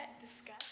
Discuss